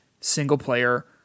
single-player